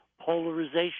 polarization